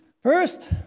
First